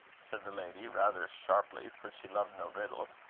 said the lady rather sharply, for she loved no riddles.